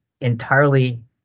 entirely